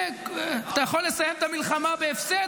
אתה יכול לסיים את המלחמה בהפסד,